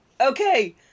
Okay